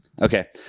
Okay